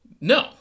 No